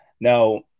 Now